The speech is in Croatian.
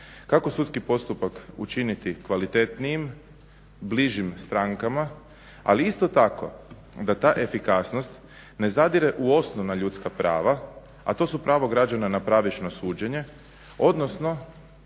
kako sudski postupak učiniti kvalitetnijim, bližim strankama, ali isto tako da ta efikasnost ne zadire u osnovna ljudska prava, a to su prava građana na pravično suđenje, odnosno